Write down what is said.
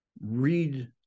read